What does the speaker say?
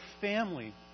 family